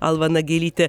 alma nagelytė